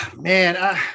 Man